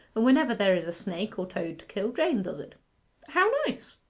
and whenever there is a snake or toad to kill, jane does it how nice!